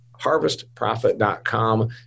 harvestprofit.com